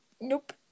Nope